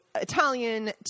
Italian